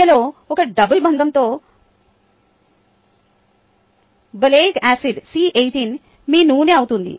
మధ్యలో ఒక డబుల్ బంధంతో ఒలేయిక్ ఆసిడ్ C18 మీ నూనె అవుతుంది